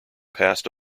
passed